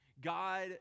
God